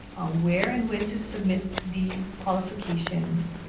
ah where and when to submit the qualifications,